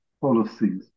policies